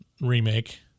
remake